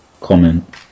comment